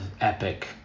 epic